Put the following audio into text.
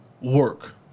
work